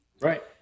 Right